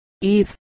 Eve